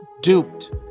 duped